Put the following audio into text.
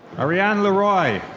arianne leroy.